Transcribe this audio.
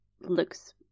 looks